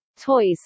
toys